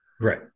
Right